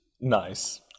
Nice